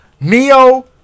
Neo